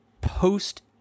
post